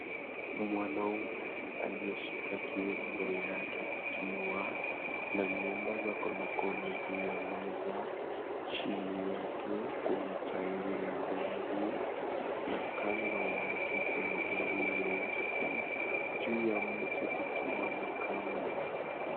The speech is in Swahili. Mwanaume aliyeshika kiuno, mbele yake kukiwa na nyumba za konokono juu ya meza, chini yake kuna tairi la gari na kando yake kuna gari nyeusi, juu ya mti kukiwa na kamba.